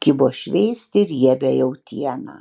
kibo šveisti riebią jautieną